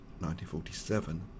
1947